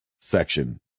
section